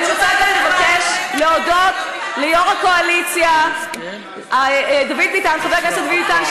אני רוצה לבקש להודות ליו"ר הקואליציה חבר הכנסת דוד ביטן,